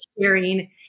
sharing